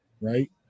right